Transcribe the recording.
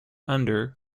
under